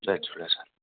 जय झूलेलाल साईं